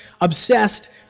Obsessed